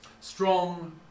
Strong